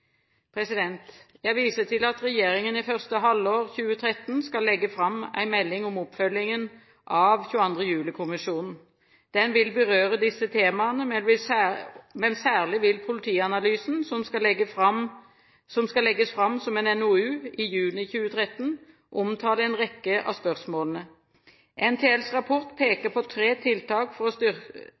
Jeg viser til at regjeringen i første halvår 2013 skal legge fram en melding om oppfølgingen av 22. juli-kommisjonen. Den vil berøre disse temaene, men særlig vil politianalysen som skal legges fram som en NOU i juni 2013, omtale en rekke av spørsmålene. NTLs rapport peker på tre tiltak for å styrke